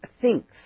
thinks